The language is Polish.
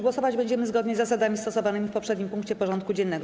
Głosować będziemy zgodnie z zasadami stosowanymi w poprzednim punkcie porządku dziennego.